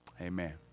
Amen